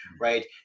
right